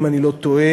אם אני לא טועה,